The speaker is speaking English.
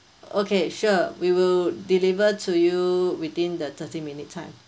okay sure we will deliver to you within the thirty minutes time